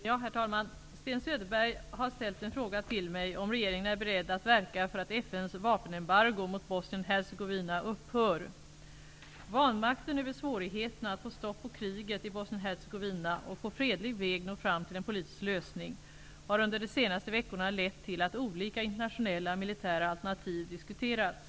Herr talman! Sten Söderberg har ställt en fråga till mig om regeringen är beredd att verka för att FN:s vapenembargo mot Bosnien-Hercegovina upphör. Vanmakten över svårigheterna att få stopp på kriget i Bosnien-Hercegovina och på fredlig väg nå fram till en politisk lösning har under de senaste veckorna lett till att olika internationella militära alternativ diskuterats.